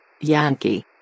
Yankee